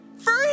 free